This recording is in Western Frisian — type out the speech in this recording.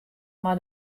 mei